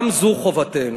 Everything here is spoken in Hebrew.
גם זו חובתנו.